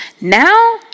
Now